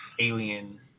alien